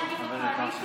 למה אתה אומר?